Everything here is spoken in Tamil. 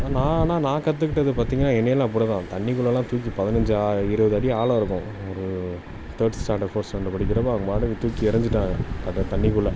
நான் ஆனால் நான் கற்றுக்கிட்டது பார்த்திங்கனா என்னையெல்லாம் அப்படி தான் தண்ணிக்குள்ளேலாம் தூக்கி பதினஞ்சு இருபது அடி ஆழம் இருக்கும் ஒரு தேர்ட் ஸ்டாண்டர்டு ஃபோர்த் ஸ்டாண்டர்டு படிக்கிறப்போ அவங்க பாட்டுக்கு தூக்கி எறிஞ்சிவிட்டாங்க அப்டே தண்ணிக்குள்ளே